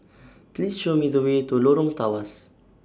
Please Show Me The Way to Lorong Tawas